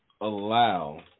allow